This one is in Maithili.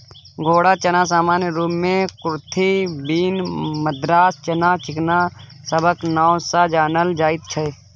घोड़ा चना सामान्य रूप सँ कुरथी, बीन, मद्रास चना, चिकना सबक नाओ सँ जानल जाइत छै